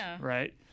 right